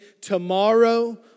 Tomorrow